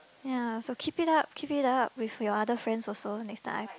ya so keep it up keep it up with your other friends also next time